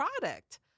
product